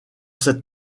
cette